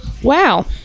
Wow